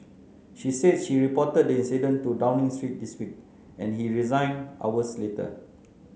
she said she reported the incident to Downing Street this week and he resigned hours later